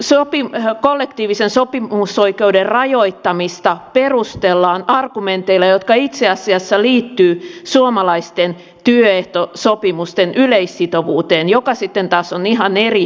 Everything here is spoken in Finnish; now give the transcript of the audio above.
useasti kollektiivisen sopimusoikeuden rajoittamista perustellaan argumenteilla jotka itse asiassa liittyvät suomalaisten työehtosopimusten yleissitovuuteen joka sitten taas on ihan eri mekanismi